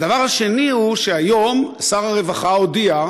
הדבר השני הוא שהיום שר הרווחה הודיע,